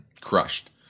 crushed